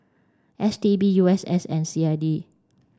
S T B U S S and C I D